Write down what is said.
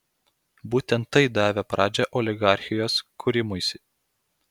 būtent tai davė pradžią oligarchijos kūrimuisi